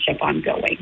ongoing